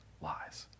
lies